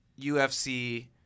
UFC